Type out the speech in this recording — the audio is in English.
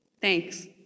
thanks